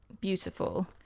beautiful